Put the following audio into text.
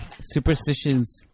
superstitions